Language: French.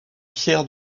pierre